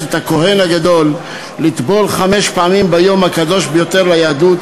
את הכוהן הגדול לטבול חמש פעמים ביום הקדוש ביותר ליהדות,